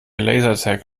lasertag